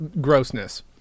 grossness